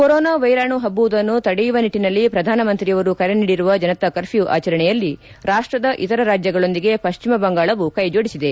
corona ವೈರಾಣು ಹಬ್ಲುವುದನ್ನು ತಡೆಯುವ ನಿಟ್ಟನಲ್ಲಿ ಪ್ರಧಾನಮಂತ್ರಿಯವರು ಕರೆ ನೀಡಿರುವ ಜನತಾ ಕರ್ಪ್ಲೂ ಆಚರಣೆಯಲ್ಲಿ ರಾಷ್ಲದ ಇತರ ರಾಜ್ಯಗಳೊಂದಿಗೆ ಪಶ್ಚಿಮ ಬಂಗಾಳವೂ ಕೈಜೋಡಿಸಿದೆ